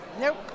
Nope